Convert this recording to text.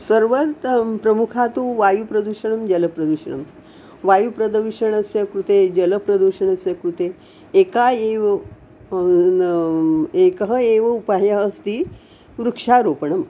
सर्वोत्तमं प्रमुखं तु वायुप्रदूषणं जलप्रदूषणं वायुप्रदूषणस्य कृते जलप्रदूषणस्य कृते एकः एव एकः एव उपायः अस्ति वृक्षारोपणम्